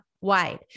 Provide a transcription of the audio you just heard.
wide